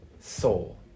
soul